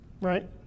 Right